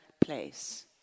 place